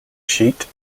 sheet